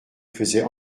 faisait